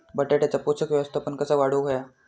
बटाट्याचा पोषक व्यवस्थापन कसा वाढवुक होया?